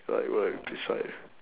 like what if we inside